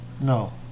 No